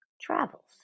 travels